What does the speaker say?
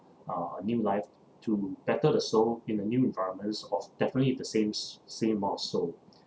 uh a new life to better the soul in a new environments of definitely the same s~ same also